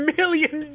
million